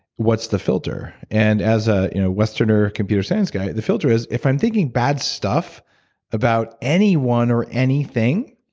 what's the filter? and as a westerner computer science guy the filter is, if i'm thinking bad stuff about anyone or anything,